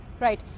Right